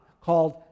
called